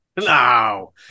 No